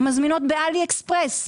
מזמינות בעלי אקספרס.